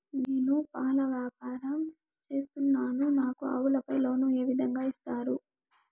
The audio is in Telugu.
నేను పాల వ్యాపారం సేస్తున్నాను, నాకు ఆవులపై లోను ఏ విధంగా ఇస్తారు